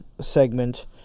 Segment